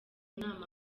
nama